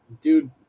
Dude